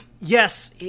Yes